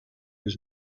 his